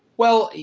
well,